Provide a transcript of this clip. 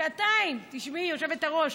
שעתיים, תשמעי, היושבת-ראש,